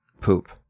Poop